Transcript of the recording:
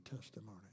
testimony